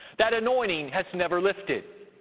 that anointing has never lifted.